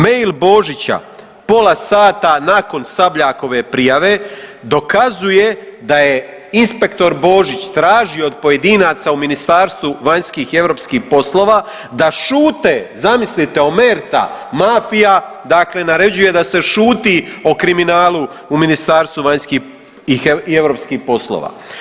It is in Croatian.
Mail Božića pola sata nakon Sabljakove prijave dokazuje da je inspektor Božić tražio od pojedinaca u Ministarstvu vanjskih i europskih poslova da šute, zamislite omerta, mafija, dakle naređuje da se šuti o kriminalu u Ministarstvu vanjskih i europskih poslova.